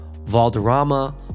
Valderrama